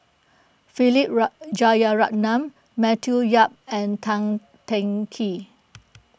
Philip Jeyaretnam Matthew Yap and Tan Teng Kee